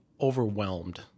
overwhelmed